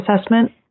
assessment